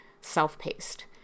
self-paced